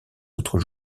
autres